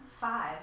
Five